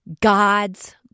God's